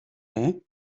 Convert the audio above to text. hin